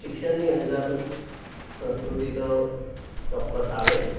શિક્ષણની અંદર સંસ્કૃતિતો ચોક્કસ આવે જ